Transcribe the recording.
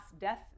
death